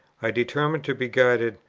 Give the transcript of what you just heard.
i determined to be guided,